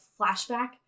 flashback